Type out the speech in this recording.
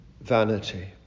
vanity